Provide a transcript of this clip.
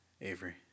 Avery